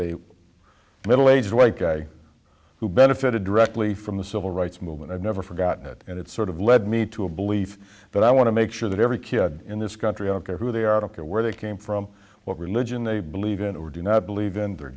a middle aged white guy who benefited directly from the civil rights movement i never forgot it and it sort of led me to a belief but i want to make sure that every kid in this country i don't care who they are i don't care where they came from what religion they believe in or do not believe in their